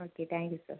okay thank you sir